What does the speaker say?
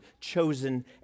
chosen